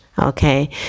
okay